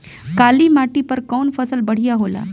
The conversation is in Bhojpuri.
काली माटी पर कउन फसल बढ़िया होला?